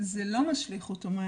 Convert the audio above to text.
זה לא משליך אוטומטית,